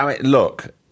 look